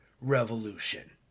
revolution